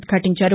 ఉద్ఘాటించారు